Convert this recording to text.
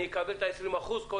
אני אקבל את ה-20 אחוזים.